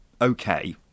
okay